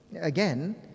Again